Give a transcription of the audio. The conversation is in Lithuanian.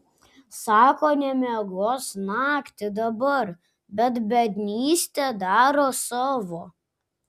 sako nemiegos naktį dabar bet biednystė daro savo